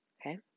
okay